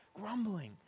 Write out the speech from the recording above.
grumbling